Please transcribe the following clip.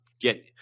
get